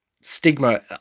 stigma